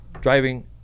driving